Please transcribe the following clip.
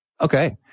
Okay